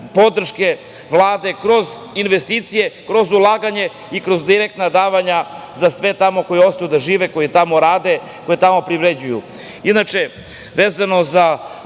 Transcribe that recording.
podrška Vlade kroz investicije, kroz ulaganje i kroz direktna davanja za sve tamo koji ostanu da žive, koji tamo rade, koji tamo privređju. Vezano za